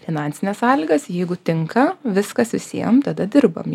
finansines sąlygas jeigu tinka viskas visiem tada dirbam